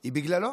היא בגללו